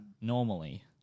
normally